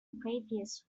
previous